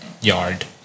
yard